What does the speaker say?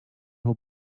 who